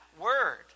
word